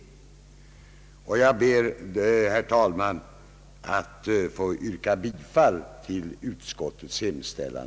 Jag ber därför, herr talman, att få yrka bifall till utskottets hemställan.